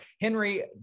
Henry